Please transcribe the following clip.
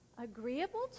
agreeable